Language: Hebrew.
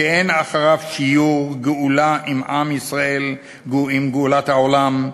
שאין אחריו שיור, גאולת עם ישראל, עם גאולת העולם,